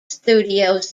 studios